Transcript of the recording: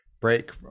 break